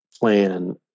plan